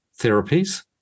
therapies